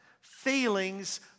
Feelings